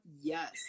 yes